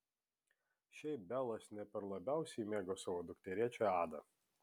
šiaip belas ne per labiausiai mėgo savo dukterėčią adą